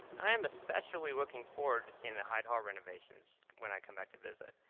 i am especially looking forward to seeing the hyde hall renovations when i come back to visit.